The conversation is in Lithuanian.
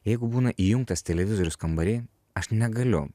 jeigu būna įjungtas televizorius kambary aš negaliu